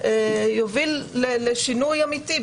יוביל לשינוי אמיתי.